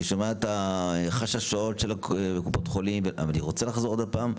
אני שומע את החששות של קופות החולים אבל אני רוצה לחזור עוד פעם,